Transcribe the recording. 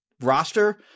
roster